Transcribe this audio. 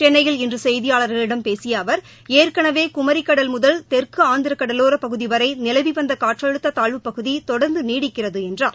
கென்னையில் இன்று செய்தியாளர்களிடம் பேசிய அவர் ஏற்கனவே குமரிக் கடல் முதல் தெற்கு ஆந்திர கடலோரப் பகுதி வரை நிலவி வந்த காற்றழுத்த தாழ்வுப்பகுதி தொடர்ந்து நீடிக்கிறது என்றார்